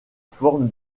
forme